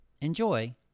Enjoy